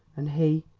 and he?